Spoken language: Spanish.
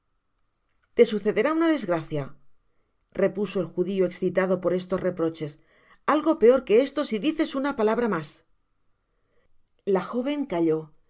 te sucederá una desgracia repuso el judio excitado por estos reproches algo peor que esto si dices una palabra mas la joven calló